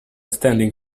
standing